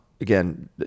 Again